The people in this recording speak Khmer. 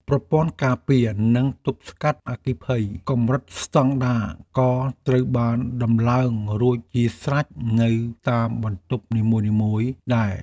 ប្រព័ន្ធការពារនិងទប់ស្កាត់អគ្គិភ័យកម្រិតស្តង់ដារក៏ត្រូវបានដំឡើងរួចជាស្រេចនៅតាមបន្ទប់នីមួយៗដែរ។